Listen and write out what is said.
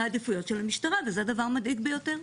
העדיפויות של המשטרה וזה דבר מדאיג ביותר.